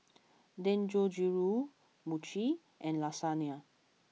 Dangojiru Mochi and Lasagna